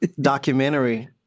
documentary